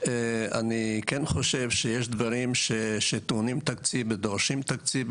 אני כן חושב שיש דברים שטעונים תקציב ודורשים תקציב.